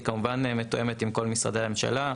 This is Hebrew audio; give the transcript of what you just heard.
היא כמובן מתואמת עם כל משרדי הממשלה.